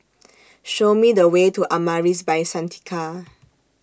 Show Me The Way to Amaris By Santika